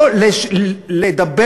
להקטין אותו,